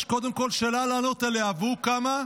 יש קודם כול יש שאלה לענות עליה, והיא: